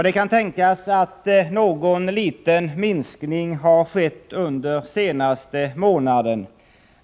Det kan tänkas att någon liten minskning har skett under den senaste månaden.